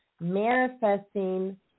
manifesting